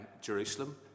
Jerusalem